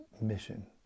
mission